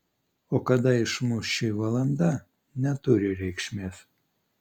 o kada išmuš ši valanda neturi reikšmės